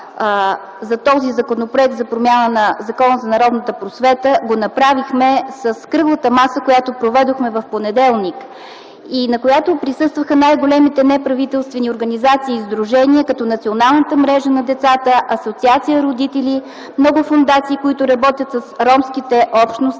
за този законопроект за промяна на Закона за народната просвета, го направихме с кръглата маса, която проведохме в понеделник и на която присъстваха най-големите неправителствени организации и сдружения като Националната мрежа на децата, Асоциация „Родители”, много фондации, които работят с ромските общности,